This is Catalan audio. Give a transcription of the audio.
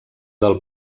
del